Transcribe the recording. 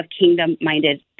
kingdom-minded